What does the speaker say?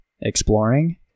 exploring